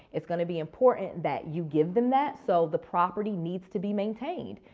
it's going to be important that you give them that so the property needs to be maintained.